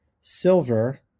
silver